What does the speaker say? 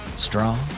Strong